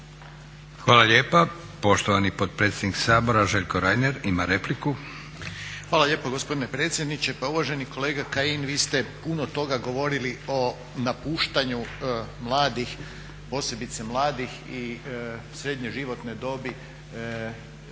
Hvala lijepa. Poštovani potpredsjednik Sabora Željko Reiner ima repliku. **Reiner, Željko (HDZ)** Hvala lijepo gospodine predsjedniče. Pa uvaženi kolega Kajin, vi ste puno toga govorili o napuštanju mladih, posebice mladih i srednje životne dobi